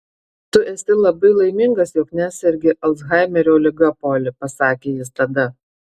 tu esi labai laimingas jog nesergi alzhaimerio liga poli pasakė jis tada